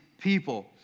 people